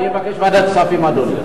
אני אבקש ועדת כספים, אדוני.